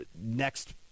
next